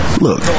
look